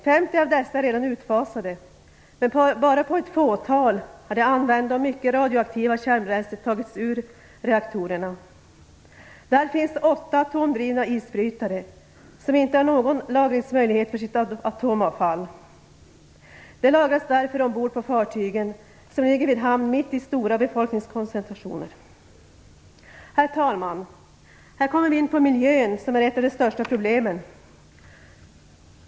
50 av dessa är redan utfasade, men bara på ett fåtal har det använda och mycket radioaktiva kärnbränslet tagit ur reaktorerna. Det finns 8 atomdrivna isbrytare som inte har någon lagringsmöjlighet för sitt atomavfall. Det lagras därför ombord på fartygen som ligger vid hamn mitt i stora befolkningskoncentrationer. Herr talman! Här kommer vi in på miljön, som är ett av de största problemen.